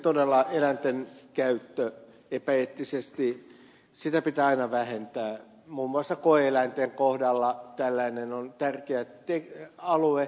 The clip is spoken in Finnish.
todella eläinten käyttöä epäeettisesti pitää aina vähentää muun muassa koe eläinten kohdalla tällainen on tärkeä alue